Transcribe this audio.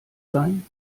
sein